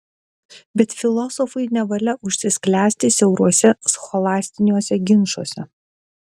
bet filosofui nevalia užsisklęsti siauruose scholastiniuose ginčuose